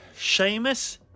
Seamus